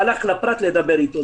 הלך לפרט לדבר אתו.